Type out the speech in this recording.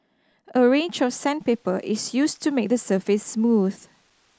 a range of sandpaper is used to make the surface smooth